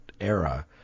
era